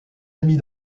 amis